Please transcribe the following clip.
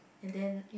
and then